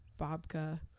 babka